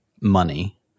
money